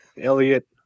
Elliot